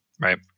right